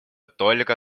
только